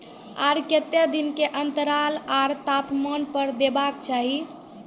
आर केते दिन के अन्तराल आर तापमान पर देबाक चाही?